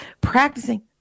practicing